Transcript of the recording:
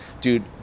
dude